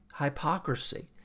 hypocrisy